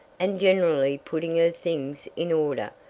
and generally putting her things in order,